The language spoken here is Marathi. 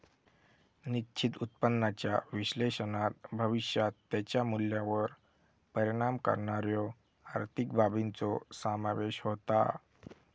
निश्चित उत्पन्नाच्या विश्लेषणात भविष्यात त्याच्या मूल्यावर परिणाम करणाऱ्यो आर्थिक बाबींचो समावेश होता